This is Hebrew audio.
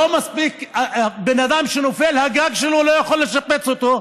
לא מספיק שבן אדם שהגג שלו נופל לא יכול לשפץ אותו,